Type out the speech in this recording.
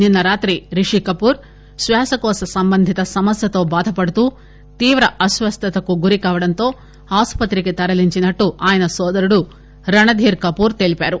నిన్న రాత్రి రిషీ కపూర్ను శ్వాసకోశ సంబంధిత సమస్యతో బాధపడుతూ తీవ్ర అస్వస్థతకు గురవడంతో ఆస్పత్రికి తరలించినట్లు ఆయన సోదరుడు రణ్ధీర్కపూర్ తెలిపారు